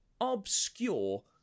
obscure